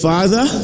Father